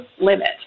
limit